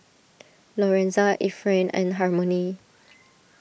Lorenza Efrain and Harmony